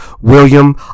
William